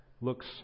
looks